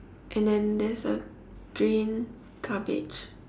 and then there's a green garbage